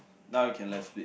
now you can left flip